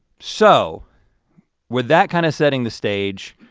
so with that kind of setting the stage,